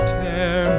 tear